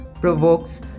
Provokes